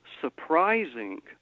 surprising